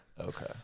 Okay